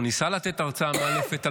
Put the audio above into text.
או ניסה לתת הרצאה מאלפת,